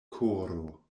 koro